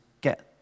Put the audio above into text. get